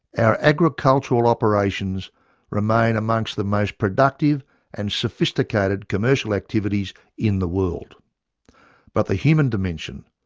our agricultural operations remain amongst the most productive and sophisticated commercial activities in the world but the human dimension,